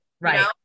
right